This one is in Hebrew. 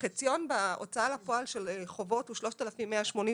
החציון בהוצאה לפועל של חובות הוא 3,181,